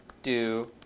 do.